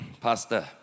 pastor